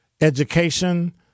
education